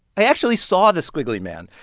i actually saw the squiggly man.